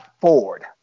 Ford